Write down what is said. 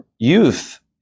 Youth